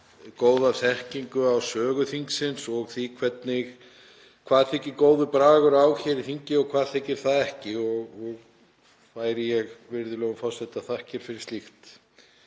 góða þekkingu á sögu þingsins og á því hvað þyki góður bragur hér á þingi og hvað þyki það ekki og færi ég virðulegum forseta þakkir fyrir slíkt.